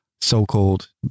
so-called